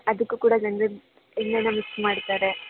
ಅದಕ್ಕೂ ಕೂಡ ಗಂಧದ ಎಣ್ಣೆನ ಮಿಕ್ಸ್ ಮಾಡ್ತಾರೆ